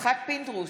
יצחק פינדרוס,